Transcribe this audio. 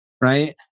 right